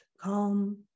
calm